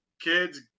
kids